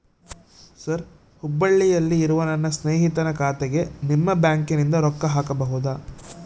Sir ಹುಬ್ಬಳ್ಳಿಯಲ್ಲಿ ಇರುವ ನನ್ನ ಸ್ನೇಹಿತನ ಖಾತೆಗೆ ನಿಮ್ಮ ಬ್ಯಾಂಕಿನಿಂದ ರೊಕ್ಕ ಹಾಕಬಹುದಾ?